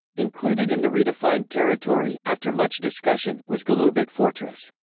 included in the redefined territory, after much discussion, was golubac fortress.